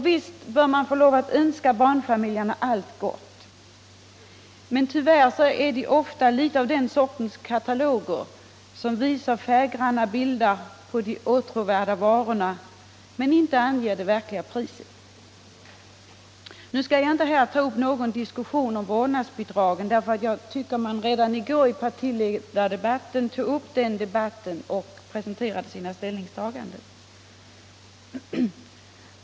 Visst bör man få lov att önska barnfamiljerna allt gott, men tyvärr liknar motionerna ofta den sortens katalog som visar färggranna bilder på de åtråvärda varorna men inte anger det verkliga priset. Jag skall inte här ta upp någon diskussion om vårdnadsbidraget, eftersom jag tycker att man redan i går i partiledardebatten tog upp den saken och presenterade sina ställningstaganden.